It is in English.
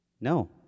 No